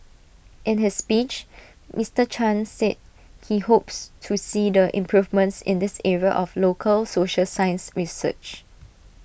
in his speech Mister chan said he hopes to see the improvements in this area of local social science research